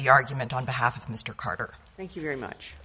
the argument on behalf of mr carter thank you very much